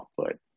output